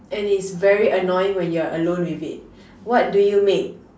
and it's very annoying when you're alone with it what do you make